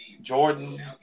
Jordan